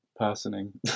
Personing